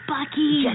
Bucky